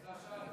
בבקשה,